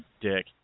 dick